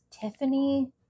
Tiffany